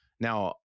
Now